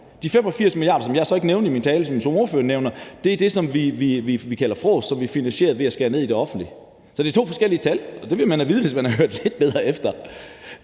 De 85 mia. kr., som jeg så ikke nævnte i min tale, men som ordføreren nævner, er det, vi kalder frås, og som vi vil spare på ved at skære ned i det offentlige. Så det er to forskellige tal, og det ville man have vidst, hvis man havde hørt lidt bedre efter.